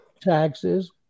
taxes